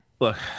look